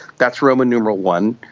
that's roman numeral one.